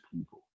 people